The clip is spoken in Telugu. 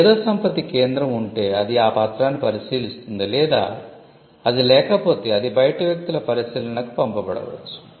మేధోసంపత్తి కేంద్రం ఉంటే అది ఆ పత్రాన్ని పరిశీలిస్తుంది లేదా అది లేకపోతే అది బయట వ్యక్తుల పరిశీలనకు పంపబడవచ్చు